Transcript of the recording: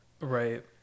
Right